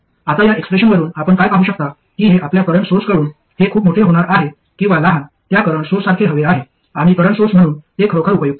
आता या एक्सप्रेशनवरून आपण काय पाहू शकता की हे आपल्या करंट सोर्सकडून हे खूप मोठे होणार आहे किंवा लहान त्या करंट सोर्ससारखे हवे आहे आणि करंट सोर्स म्हणून ते खरोखर उपयुक्त नाही